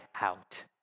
out